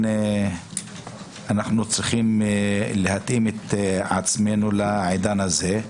אנחנו צריכים להתאים את עצמנו לעידן הזה.